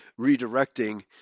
redirecting